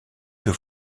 deux